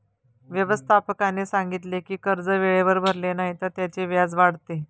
व्यवस्थापकाने सांगितले की कर्ज वेळेवर भरले नाही तर त्याचे व्याज वाढते